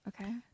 okay